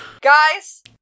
Guys